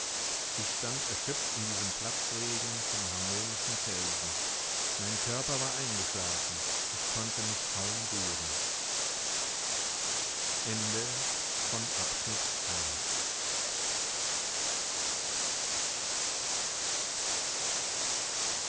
ich stand erschöpft in diesem platzregen von harmonischen felsen mein körper war eingeschlafen ich konnte mich kaum rühren